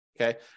Okay